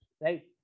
right